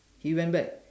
she went back